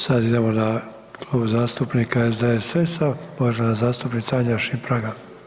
Sad idemo na Klub zastupnika SDSS-a, uvažena zastupnica Anja Šimpraga.